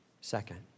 Second